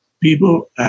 people